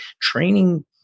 training